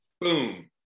boom